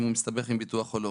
אם הוא מסתבך עם ביטוח או לא.